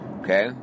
okay